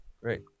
Great